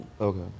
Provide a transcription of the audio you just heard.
Okay